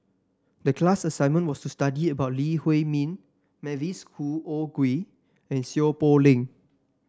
the class assignment was to study about Lee Huei Min Mavis Khoo O Oei and Seow Poh Leng